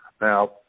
Now